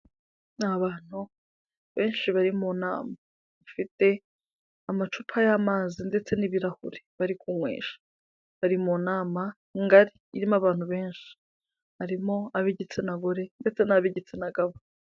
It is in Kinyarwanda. Ni abantu benshi bari mu nama bafite amacupa y'amazi, ndetse n'ibirahuri bari kunywesha, bari mu nama ngari, irimo abantu benshi, harimo ab'igitsina gore ndetse n'ab'igitsina gabo.